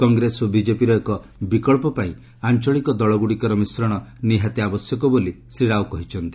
କଂଗ୍ରେସ ଓ ବିଚ୍ଚେପିର ଏକ ବିକଳ୍ପ ପାଇଁ ଆଞ୍ଚଳିକ ଦଳଗୁଡ଼ିକର ମିଶ୍ରଣ ନିହାତି ଆବଶ୍ୟକ ବୋଲି ଶ୍ରୀ ରାଓ କହିଛନ୍ତି